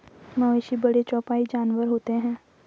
मवेशी बड़े चौपाई जानवर होते हैं